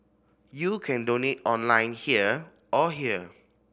you can donate online here or here